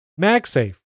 MagSafe